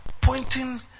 pointing